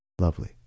Lovely